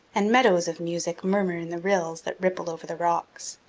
and meadows of music murmur in the rills that ripple over the rocks.